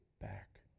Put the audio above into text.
back